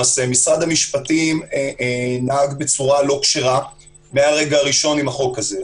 משרד המשפטים נהג בצורה לא כשרה מהרגע הראשון עם החוק הזה.